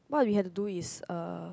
what you have to do is er